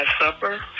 supper